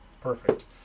Perfect